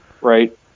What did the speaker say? right